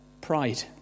Pride